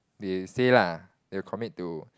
they say lah they will commit to